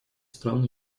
стран